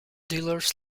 dealers